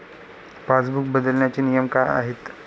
Passbook बदलण्याचे नियम काय आहेत?